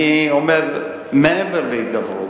אני אומר מעבר להידברות,